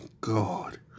God